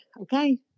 okay